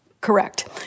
Correct